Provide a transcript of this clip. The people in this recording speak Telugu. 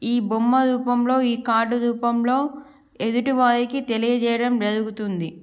ఈ బొమ్మ రూపంలో ఈ కార్డు రూపంలో ఎదుటి వారికి తెలియచేయడం జరుగుతుంది